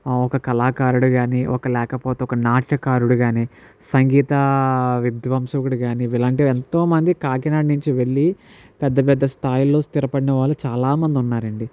ఒక కళాకారుడు కాని ఒక లేకపోతే ఒక నాట్యకారుడు కాని సంగీత విధ్వంసకుడు కాని ఇలాంటి ఎంతోమంది కాకినాడ నుంచి వెళ్ళి పెద్ద పెద్ద స్థాయిలో స్థిరపడిన వాళ్ళు చాలామంది ఉన్నారండి